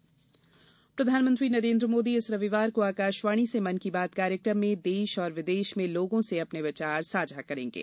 मन की बात प्रधानमंत्री नरेन्द्र मोदी इस रविवार को आकाशवाणी से मन की बात कार्यक्रम में देश और विदेश में लोगों से अपने विचार साझा करेंगे